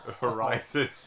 horizon